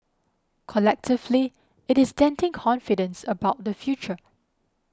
collectively it is denting confidence about the future